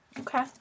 Okay